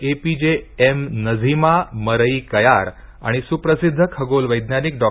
ए P J M Nazeema Maraikayar आणि सुप्रसिद्ध खगोल वैज्ञानिक डॉ